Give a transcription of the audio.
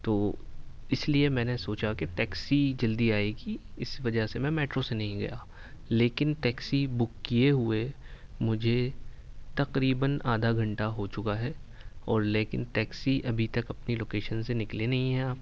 تو اس لیے میں نے سوچا کہ ٹیکسی جلدی آئے گی اس وجہ سے میں میٹرو سے نہیں گیا لیکن ٹیکسی بک کیے ہوئے مجھے تقریباََ آدھا گھنٹہ ہو چکا ہے اور لیکن ٹیکسی ابھی تک اپنی لوکیشن سے نکلے نہیں ہیں آپ